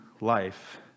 life